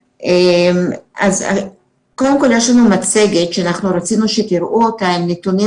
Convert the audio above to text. יש לנו מצגת שרצינו שתראו עם נתונים